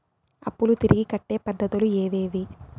అప్పులు తిరిగి కట్టే పద్ధతులు ఏవేవి